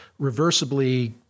reversibly